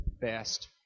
best